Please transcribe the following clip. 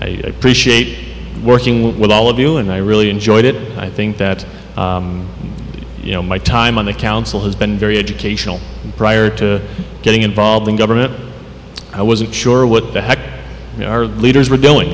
i appreciate working with all of you and i really enjoyed it i think that you know my time on the council has been very educational prior to getting involved in government i wasn't sure what the heck our leaders were doing